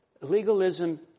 Legalism